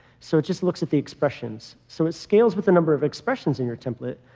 so it just looks at the expressions. so it scales with the number of expressions in your template.